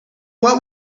what